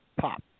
pop